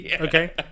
Okay